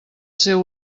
seu